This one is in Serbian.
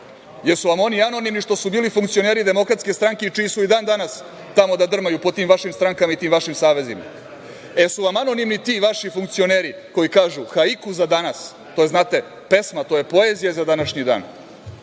su vam oni anonimni što su bili funkcioneri DS i čiji su i dan danas tamo da drmaju po tim vašim strankama i tim vašim savezima? Jesu li vam anonimni ti vaši funkcioneri koji kažu – haiku za danas, to je znate pesma, to je poezija za današnji dan.